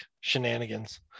shenanigans